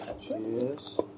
cheers